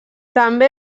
també